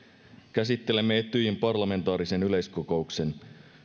käsittelemme etyjin parlamentaarisen yleiskokouksen